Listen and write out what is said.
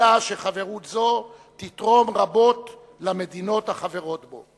אלא שחברות זו תתרום רבות למדינות החברות בו.